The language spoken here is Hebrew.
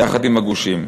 יחד עם הגושים.